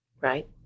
Right